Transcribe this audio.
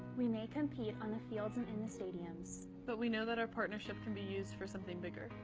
we may compete on the fields and in the stadiums, but we know that our partnership can be used for something bigger.